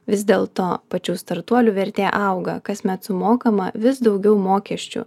vis dėl to pačių startuolių vertė auga kasmet sumokama vis daugiau mokesčių